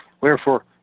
Wherefore